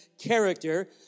character